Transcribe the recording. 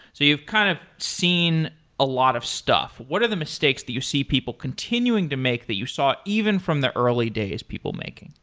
you've kind of seen a lot of stuff. what are the mistakes the you see people continuing to make that you saw even from the early days people making?